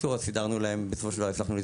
בקיצור אז בסופו של דבר הצלחנו לזרז,